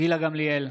גילה גמליאל,